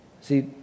See